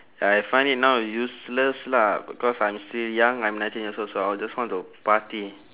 uh I find it now useless lah because I'm still young I'm nineteen years old so I will just want to party